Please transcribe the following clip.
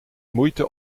moeite